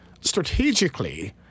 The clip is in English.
strategically